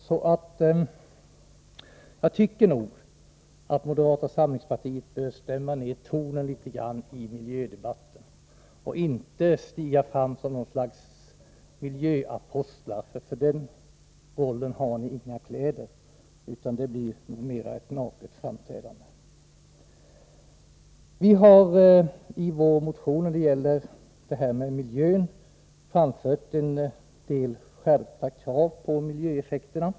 Så jag tycker nog att moderaterna bör stämma ner tonen litet grand i miljödebatten och inte stiga fram som något slags miljöapostlar. För den rollen har ni inga kläder, utan det blir nog mera ett naket framträdande. Vi har motionsvägen framfört en del skärpta krav vad beträffar miljöeffekterna.